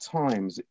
times